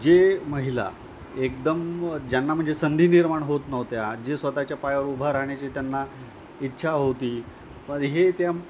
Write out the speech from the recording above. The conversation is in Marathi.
जे महिला एकदम ज्यांना म्हणजे संधी निर्माण होत नव्हत्या जे स्वतःच्या पायावर उभा राहण्याची त्यांना इच्छा होती पण हे त्या